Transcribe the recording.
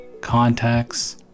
contacts